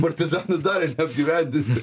partizaną dar ir apgyvendinti